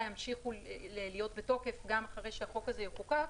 המשיכו להיות בתוקף גם לאחר שהחוק הזה יחוקק,